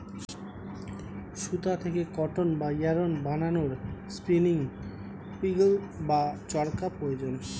সুতা থেকে কটন বা ইয়ারন্ বানানোর স্পিনিং উঈল্ বা চরকা প্রয়োজন